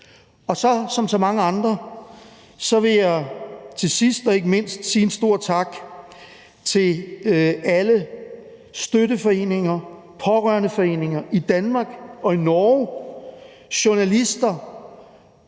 svært. Som så mange andre vil jeg til sidst, men ikke mindst, sige en stor tak til alle støtteforeninger, pårørendeforeninger i Danmark og i Norge, journalister,